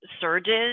surges